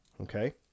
okay